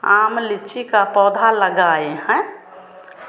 आम लीची का पौधा लगाए हैं